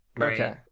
Okay